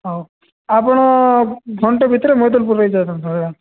ହଉ ଆପଣ ଘଣ୍ଟେ ଭିତରେ ମୈଦଲପୁରରେ